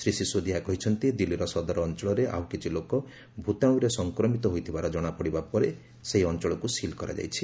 ଶ୍ରୀ ଶିଷୋଦିଆ କହିଛନ୍ତି ଦିଲ୍ଲୀର ସଦର ଅଞ୍ଚଳରେ ଆଉ କିଛି ଲୋକ ଭୂତାଣୁରେ ସଫକ୍ରମିତ ହୋଇଥିବାର ଜଣାପଡ଼ିବା ପରେ ସେହି ଅଞ୍ଚଳକୁ ସିଲ୍ କରାଯାଇଛି